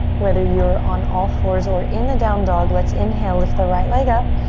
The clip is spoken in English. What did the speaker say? whether you're on all fours or in the down dog, let's inhale, lift the right leg up.